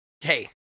hey